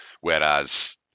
whereas